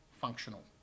functional